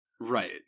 Right